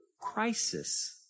crisis